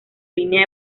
línea